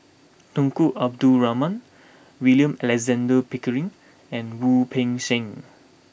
Tunku Abdul Rahman William Alexander Pickering and Wu Peng Seng